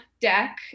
deck